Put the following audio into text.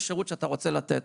יש שירות שאתה רוצה לתת.